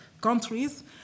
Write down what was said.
countries